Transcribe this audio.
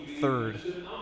third